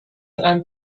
大学